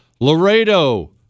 Laredo